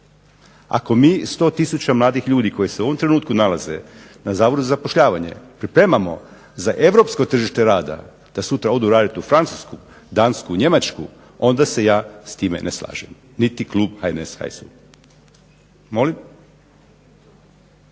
Ako mi 100000 mladih ljudi koji se u ovom trenutku nalaze na Zavodu za zapošljavanje pripremamo za europsko tržište rada da sutra odu raditi u Francusku, Dansku, Njemačku onda se ja s time ne slažem, niti klub HNS, HSU. Ja